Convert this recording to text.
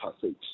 passage